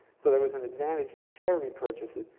so there was an advantage to share repurchases.